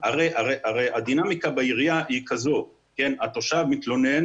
הרי הדינמיקה בעירייה היא כזאת שהתושב מתלונן